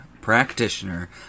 practitioner